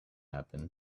happen